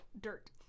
dirt